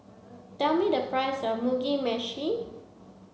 tell me the price of Mugi Meshi